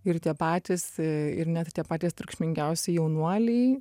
ir tie patys ir net patys triukšmingiausi jaunuoliai